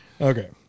Okay